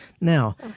Now